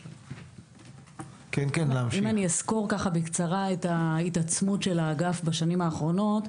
אני אסקור בקצרה את ההתעצמות של האגף בשנים האחרונות.